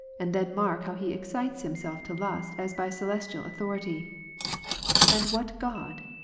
and then mark how he excites himself to lust as by celestial authority and what god?